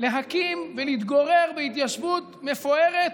להקים ולהתגורר בהתיישבות מפוארת,